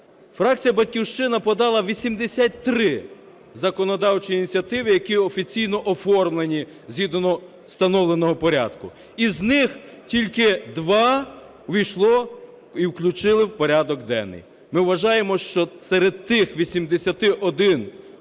Фракція "Батьківщина" подала 83 законодавчі ініціативи, які офіційно оформлені згідно встановленого порядку. Із них тільки дві увійшло і включили в порядок денний. Ми вважаємо, що серед тих 81,